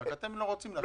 רק אתם לא רוצים להכניס.